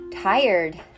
tired